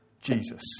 Jesus